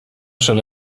schon